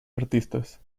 artistas